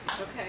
Okay